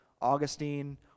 augustine